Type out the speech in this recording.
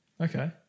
Okay